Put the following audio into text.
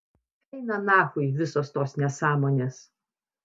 eina nachui visos tos nesąmonės